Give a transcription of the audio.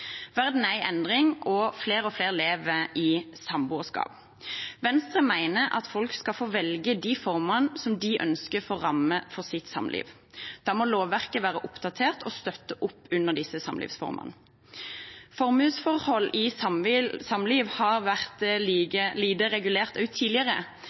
Verden er i endring, og flere og flere lever i samboerskap. Venstre mener at folk skal få velge de formene som de ønsker som ramme for sitt samliv. Da må lovverket være oppdatert og støtte opp under disse samlivsformene. Formuesforhold i samliv har vært